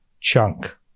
chunk